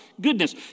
goodness